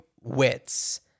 wits